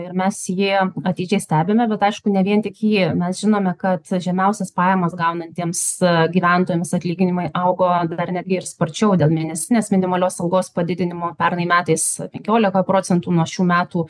ir mes į jį atidžiai stebime bet aišku ne vien tik jį mes žinome kad žemiausias pajamas gaunantiems gyventojams atlyginimai augo dar netgi ir sparčiau dėl mėnesinės minimalios algos padidinimo pernai metais penkiolika procentų nuo šių metų